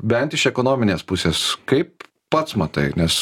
bent iš ekonominės pusės kaip pats matai nes